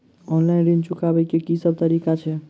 Online ऋण चुकाबै केँ की सब तरीका अछि?